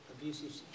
abusive